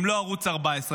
אם לא ערוץ 14?